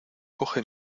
coge